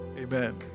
amen